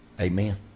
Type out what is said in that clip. amen